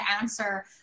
answer